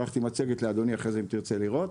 שלחתי מצגת לאדוני אם הוא ירצה לראות.